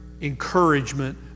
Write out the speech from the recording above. encouragement